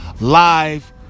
live